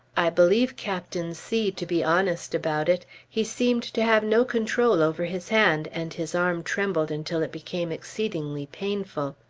i believe captain c to be honest about it. he seemed to have no control over his hand, and his arm trembled until it became exceedingly painful.